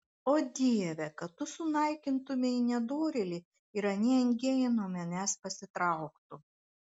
o dieve kad tu sunaikintumei nedorėlį ir anie engėjai nuo manęs pasitrauktų